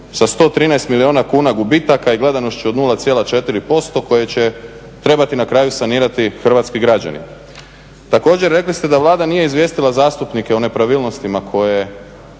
sa 113 milijuna kuna gubitaka i gledanošću od 0,4% koje će trebati na kraju sanirati hrvatski građani. Također, rekli ste da Vlada nije izvijestila zastupnike o nepravilnostima koje